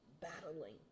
battling